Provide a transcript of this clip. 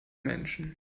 menschen